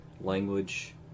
language